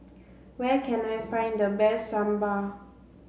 where can I find the best Sambar